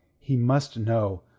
he must know.